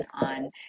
on